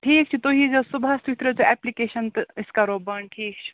ٹھیٖک چھُ تُہۍ ییٖزیٛو صُبحَس تُہۍ ترٛٲیزیٛو ایٚپلِکیش تہٕ أسۍ کَرو بنٛد ٹھیٖک چھُ